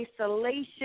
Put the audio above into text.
isolation